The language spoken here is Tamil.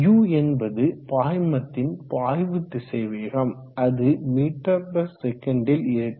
U என்பது பாய்மத்தின் பாய்வு திசைவேகம் அது ms இல் இருக்கும்